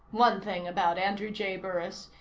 one thing about andrew j. burris.